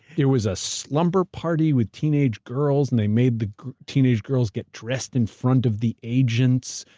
there was a slumber party with teenage girls, and they made the teenage girls get dressed in front of the agents.